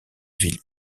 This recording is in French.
ville